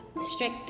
Strict